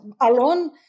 alone